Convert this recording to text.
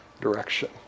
direction